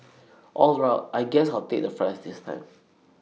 all right I guess I'll take the fries this time